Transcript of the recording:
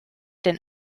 den